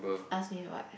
ask me what